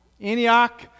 Antioch